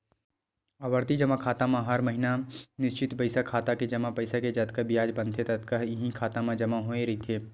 आवरती जमा खाता म हर महिना निस्चित पइसा खाता के जमा पइसा के जतका बियाज बनथे ततका ह इहीं खाता म जमा होवत रहिथे